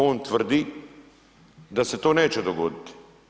On tvrdi da se to neće dogoditi.